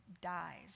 dies